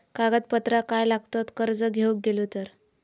कागदपत्रा काय लागतत कर्ज घेऊक गेलो तर?